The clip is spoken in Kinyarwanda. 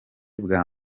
bwa